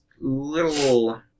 little